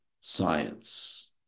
science